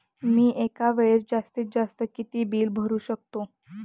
मी एका वेळेस जास्तीत जास्त किती बिल भरू शकतो?